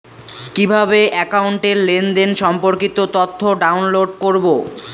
কিভাবে একাউন্টের লেনদেন সম্পর্কিত তথ্য ডাউনলোড করবো?